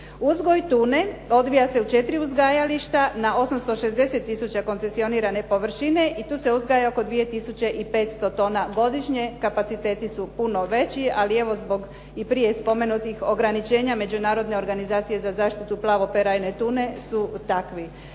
Uzgoj tune odvija se u četiri uzgajališta na 860000 koncesionirane površine i tu se uzgaja oko 2500 tona godišnje. Kapaciteti su puno veći, ali evo zbog i prije spomenutih ograničenja Međunarodne organizacije za zaštitu plavo perajne tune su takvi.